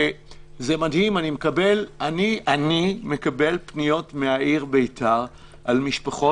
זה מדהים, אני מקבל פניות מהעיר ביתר, ממשפחות.